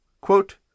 Quote